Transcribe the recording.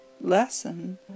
lesson